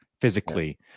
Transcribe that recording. physically